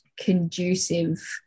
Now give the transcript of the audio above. conducive